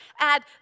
add